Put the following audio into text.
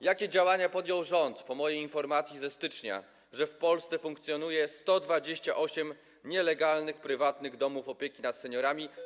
Jakie działania podjął rząd po mojej informacji ze stycznia, że w Polsce funkcjonuje 128 nielegalnych prywatnych domów opieki nad seniorami?